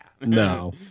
no